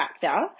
factor